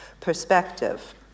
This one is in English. perspective